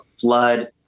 flood